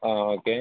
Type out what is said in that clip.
ആ ഓക്കെ